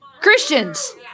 Christians